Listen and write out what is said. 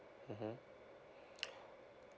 mmhmm